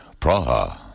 Praha